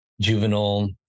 Juvenile